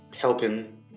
helping